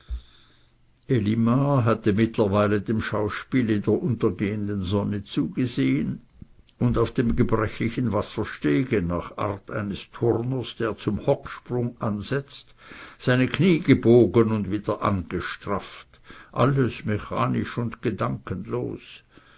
hatte mittlerweile dem schauspiele der untergehenden sonne zugesehn und auf dem gebrechlichen wasserstege nach art eines turners der zum hocksprung ansetzt seine knie gebogen und wieder